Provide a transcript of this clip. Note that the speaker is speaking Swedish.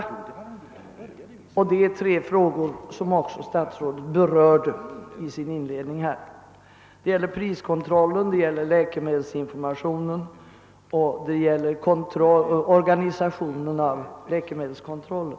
Det är tre frågor, som också statsrådet berörde i sitt inledningsanförande. Det gäller priskontrollen, läkemedelsinformationen och organisationen av läkemedelskontrollen.